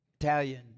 Italian